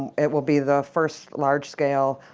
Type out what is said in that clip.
it will be the first large-scale,